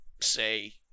say